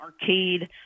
arcade